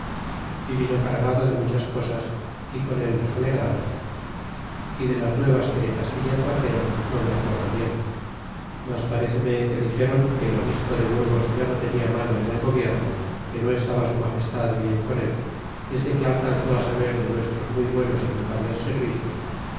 e vino cargado de muchas cosas y con él nos alegramos y de las nuevas que de castilla traxeron no me acuerdo bien mas paréceme que dixeron que el obispo de burgos ya no tenia mano en el gobierno que no estaba su magestad bien con él desde que alcanzó saber de nuestros muy buenos e notables servicios